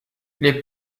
les